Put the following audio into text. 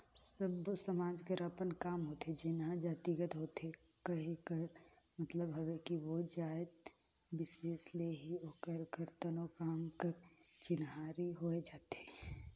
सब्बो समाज कर अपन काम होथे जेनहा जातिगत होथे कहे कर मतलब हवे कि ओ जाएत बिसेस ले ही ओकर करतनो काम कर चिन्हारी होए जाथे